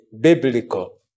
biblical